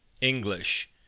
English